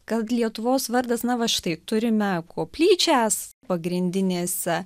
kad lietuvos vardas na va štai turime koplyčias pagrindinėse